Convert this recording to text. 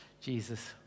Jesus